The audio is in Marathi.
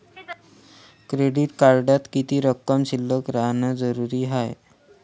क्रेडिट कार्डात किती रक्कम शिल्लक राहानं जरुरी हाय?